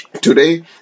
Today